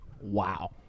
wow